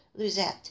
Luzette